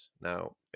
Now